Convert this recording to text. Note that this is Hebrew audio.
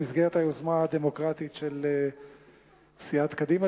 במסגרת היוזמה הדמוקרטית של סיעת קדימה,